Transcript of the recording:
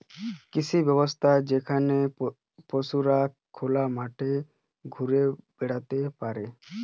কৃষি ব্যবস্থা যেখানে পশুরা খোলা মাঠে ঘুরে বেড়াতে পারে